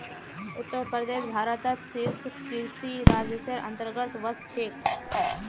उत्तर प्रदेश भारतत शीर्ष कृषि राज्जेर अंतर्गतत वश छेक